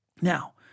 Now